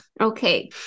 Okay